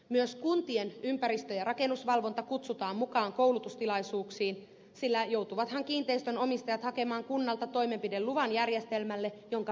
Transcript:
myös kuntien ympäristö ja rakennusvalvonta kutsutaan mukaan koulutustilaisuuksiin sillä joutuvathan kiinteistön omistajat hakemaan kunnalta toimenpideluvan järjestelmälle jonka päättävät toteuttaa